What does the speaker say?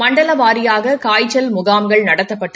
மண்டல வாரியாக காய்ச்சல் முகாம்கள் நடத்தப்பட்டு